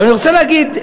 אני רוצה להגיד,